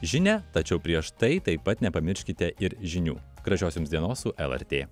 žinią tačiau prieš tai taip pat nepamirškite ir žinių gražios jums dienos su lrt